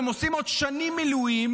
הם עושים עוד שנים מילואים,